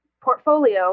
portfolio